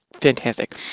fantastic